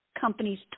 companies